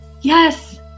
Yes